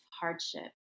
hardship